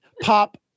pop